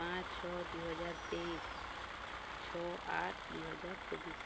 ପାଞ୍ଚ ଛଅ ଦୁଇହଜାର ତେଇଶ ଛଅ ଆଠ ଦୁଇହଜାର ଚବିଶ